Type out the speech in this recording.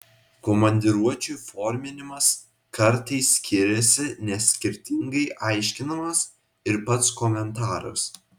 komandiruočių įforminimas kartais skiriasi nes skirtingai aiškinamas ir pats komentaras